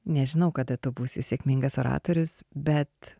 nežinau kada tu būsi sėkmingas oratorius bet